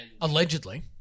Allegedly